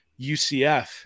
UCF